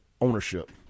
ownership